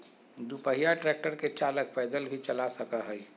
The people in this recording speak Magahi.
दू पहिया ट्रेक्टर के चालक पैदल भी चला सक हई